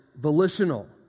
volitional